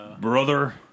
Brother